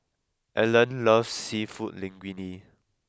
Alan loves Seafood Linguine